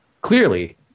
Clearly